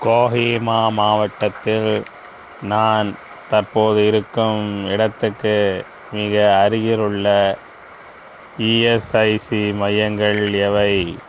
கோஹிமா மாவட்டத்தில் நான் தற்போது இருக்கும் இடத்துக்கு மிக அருகிலுள்ள இஎஸ்ஐசி மையங்கள் எவை